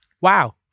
wow